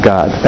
God